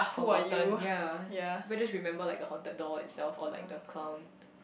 forgotten ya we just remember like the haunted doll itself or like the clown